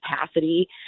capacity